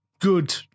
Good